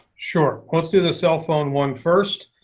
sure. let's do the cell phone one first.